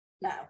No